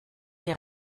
die